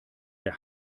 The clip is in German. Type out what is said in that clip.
der